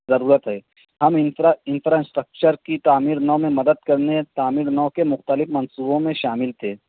ضرورت ہے ہم انفرا انفراسٹر کچر کی تعمیر نو میں مدد کرنے تعمیر نو کے مختلف منصوبوں میں شامل تھے